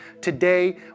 Today